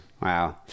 Wow